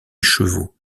chevaux